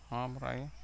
ହଁ ପରେ ଆଜ୍ଞା